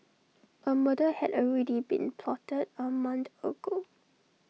A murder had already been plotted A month ago